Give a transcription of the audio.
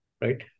right